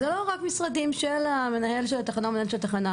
זה לא רק משרדים של המנהל של התחנה או מנהלת של התחנה.